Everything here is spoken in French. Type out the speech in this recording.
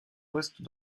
postes